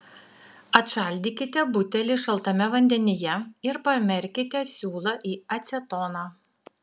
atšaldykite butelį šaltame vandenyje ir pamerkite siūlą į acetoną